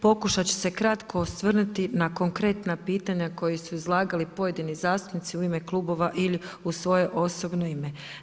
Pokušat ću se kratko osvrnuti na konkretna pitanja koji su izlagali pojedini zastupnici u ime klubova ili u svoje osobno ime.